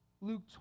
Luke